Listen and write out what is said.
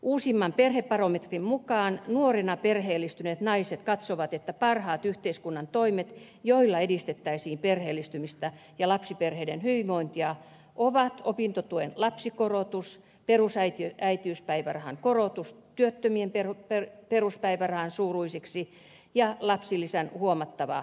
uusimman perhebarometrin mukaan nuorena perheellistyneet naiset katsovat että parhaat yhteiskunnan toimet joilla edistettäisiin perheellistymistä ja lapsiperheiden hyvinvointia ovat opintotuen lapsikorotus perusäitiyspäivärahan korotus työttömien peruspäivärahan suuruiseksi ja lapsilisän huomattava korotus